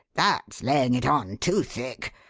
that's laying it on too thick.